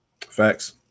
Facts